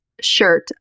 shirt